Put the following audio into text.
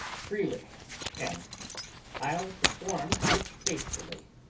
freely and i'll perform it faithfully.